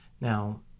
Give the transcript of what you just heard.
Now